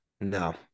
No